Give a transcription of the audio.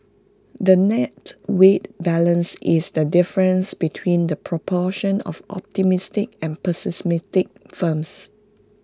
the net weighted balance is the difference between the proportion of optimistic and pessimistic firms